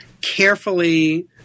carefully –